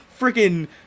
freaking